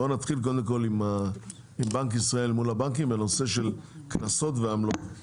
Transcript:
בוא נתחיל קודם כל עם בנק ישראל מול הבנקים בנושא של קנסות ועמלות.